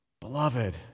Beloved